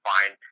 find